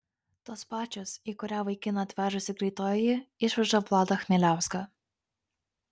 tos pačios į kurią vaikiną atvežusi greitoji išveža vladą chmieliauską